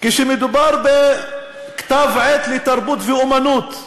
כשמדובר בכתב-עת לתרבות ואמנות,